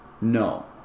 No